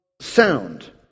sound